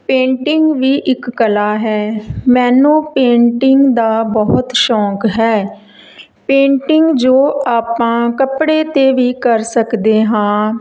painting ਵੀ ਇੱਕ ਕਲਾ ਹੈ ਮੈਨੂੰ ਪੇਂਟਿੰਗ ਦਾ ਬਹੁਤ ਸ਼ੌਂਕ ਹੈ ਪੇਂਟਿੰਗ ਜੋ ਆਪਾਂ ਕੱਪੜੇ 'ਤੇ ਵੀ ਕਰ ਸਕਦੇ ਹਾਂ